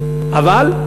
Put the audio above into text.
אבל,